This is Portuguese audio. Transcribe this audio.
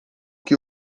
que